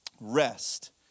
Rest